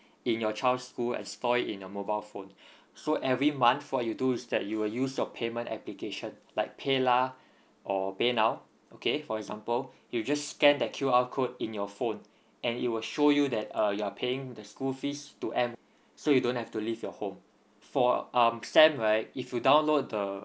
in your child school and store it in your mobile phone so every month what you do is that you will use your payment application like PAYLAH or PAYNOW okay for example you just scan the Q R code in your phone and it will show you that uh you are paying the school fees to M_O_E so you don't have to leave your home for um SAM right if you download the